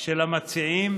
של המציעים